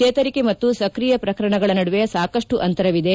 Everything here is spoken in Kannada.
ಚೇತರಿಕೆ ಮತ್ತು ಸಕ್ರಿಯ ಪ್ರಕರಣಗಳ ನಡುವೆ ಸಾಕಷ್ಟು ಅಂತರವಿದೆ